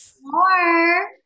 More